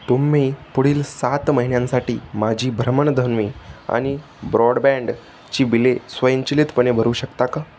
तुम्ही पुढील सात महिन्यांसाठी माझी भ्रमणध्वमी आणि ब्रॉडबँडची बिले स्वयंचलितपणे भरू शकता का